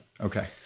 Okay